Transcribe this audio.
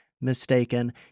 mistaken